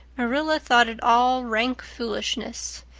marilla thought it all rank foolishness.